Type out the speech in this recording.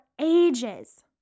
ages